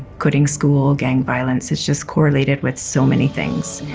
quitting school, gang violence it's just correlated with so many things.